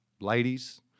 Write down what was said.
ladies